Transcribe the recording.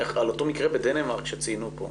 לאותו מקרה בדנמרק שהועלה כאן,